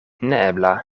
neebla